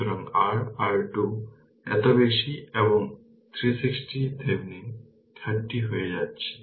সুতরাং r R2 এত বেশি এবং 360 VThevenin 13 হয়ে যাচ্ছে